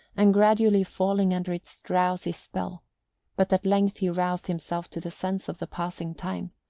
and gradually falling under its drowsy spell but at length he roused himself to the sense of the passing time.